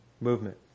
movement